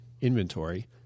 inventory